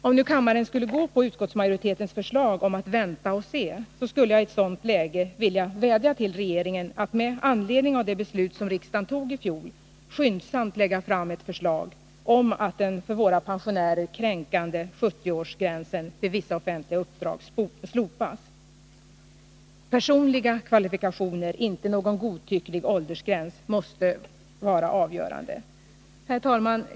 Om nu kammaren skulle gå på utskottsmajoritetens förslag om att vänta och se, skulle jag i ett sådant läge vilja vädja till regeringen att med anledning av det beslut som riksdagen tog i fjol skyndsamt lägga fram ett förslag om att den för våra pensionärer kränkande 70-årsgränsen vid vissa offentliga uppdrag slopas. Personliga kvalifikationer — inte någon godtycklig åldersgräns — måste vara avgörande. Herr talman!